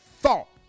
thought